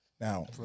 Now